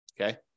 Okay